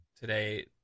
today